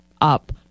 up